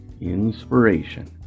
INSPIRATION